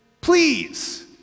please